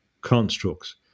constructs